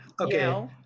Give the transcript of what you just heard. Okay